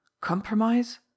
Compromise